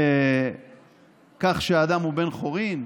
לכך שאדם הוא בן-חורין?